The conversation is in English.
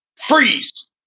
Freeze